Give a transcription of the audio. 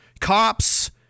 cops